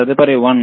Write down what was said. తదుపరి 1